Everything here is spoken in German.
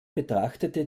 betrachtete